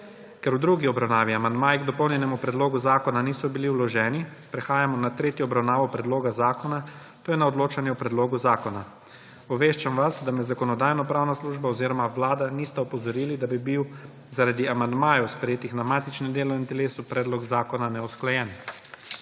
Ker v drugi obravnavi amandmaji k dopolnjenemu predlogu zakona niso bili vloženi, prehajamo na tretjo obravnavo predloga zakona, to je na odločanje o predlogu zakona. Obveščam vas, da me Zakonodajno-pravna služba oziroma Vlada nista opozorili, da bi bil zaradi amandmajev, sprejetih na matičnem delovnem telesu, predlog zakona neusklajen.